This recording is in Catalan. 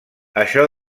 això